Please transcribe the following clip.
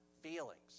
feelings